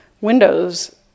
windows